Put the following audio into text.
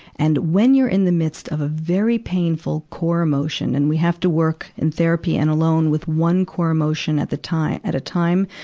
and when you're in the midst of a very painful core emotion, and we have to work in therapy and alone with one core emotion at the time, at a time.